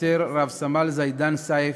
השוטר רב-סמל זידאן סייף,